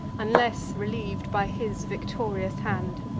unless reliev'd by his victorious hand.